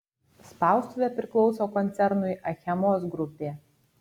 spaustuvė priklauso koncernui achemos grupė